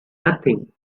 nothing